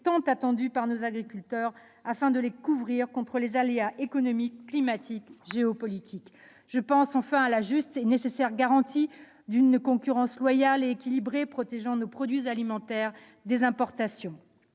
tant attendue par nos agriculteurs, afin de couvrir ces derniers contre les aléas économiques, climatiques ou géopolitiques. Il serait également juste et nécessaire de garantir une concurrence loyale et équilibrée protégeant nos produits alimentaires des importations.